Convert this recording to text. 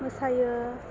मोसायो